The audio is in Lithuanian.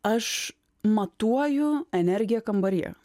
aš matuoju energiją kambaryje